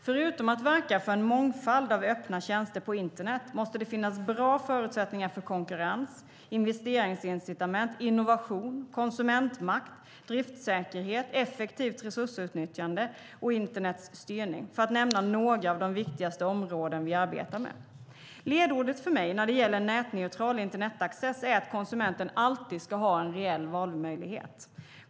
Förutom att verka för en mångfald av öppna tjänster på internet måste det finnas bra förutsättningar för konkurrens, investeringsincitament, innovation, konsumentmakt, driftsäkerhet, effektivt resursutnyttjande och internets styrning, för att nämna några av de viktigaste områden vi arbetar med. Ledordet för mig när det gäller nätneutral internetaccess är att konsumenten alltid ska ha en reell valmöjlighet.